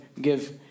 give